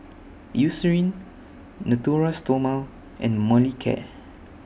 Eucerin Natura Stoma and Molicare